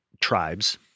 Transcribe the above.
tribes